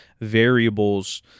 variables